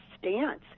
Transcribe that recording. stance